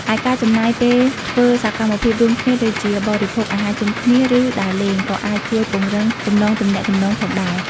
ឯការចំណាយពេលធ្វើសកម្មភាពរួមគ្នាដូចជា បរិភោគអាហារជុំគ្នា ឬដើរលេង ក៏អាចជួយពង្រឹងចំណងទំនាក់ទំនងផងដែរ។